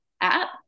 app